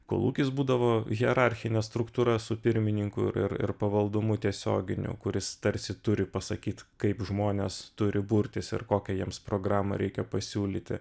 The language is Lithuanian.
kolūkis būdavo hierarchinė struktūra su pirmininku ir ir pavaldumu tiesioginiu kuris tarsi turi pasakyt kaip žmonės turi burtis ir kokią jiems programą reikia pasiūlyti